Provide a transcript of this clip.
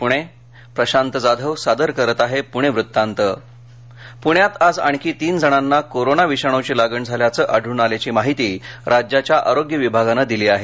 पुणे वृत्तांत कोरोना पुणे प्ण्यात आज आणखी तीन जणांना कोरोना विषाणूची लागण झाल्याचं आढळून आल्याची माहिती राज्याच्या आरोग्य विभागान दिली आहे